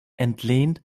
entlehnt